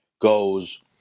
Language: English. goes